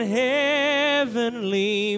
heavenly